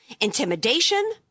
intimidation